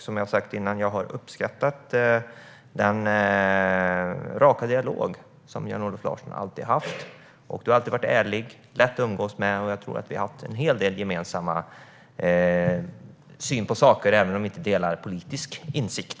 Som jag har sagt innan har jag uppskattat den raka dialog som Jan-Olof Larsson alltid har fört. Du har alltid varit ärlig och lätt att umgås med, och jag tror att vi har haft en hel del gemensamt i synen på saker även om vi inte delar politisk insikt.